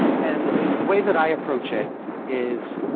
and the way that i approach it is